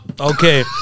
Okay